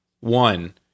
One